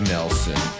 Nelson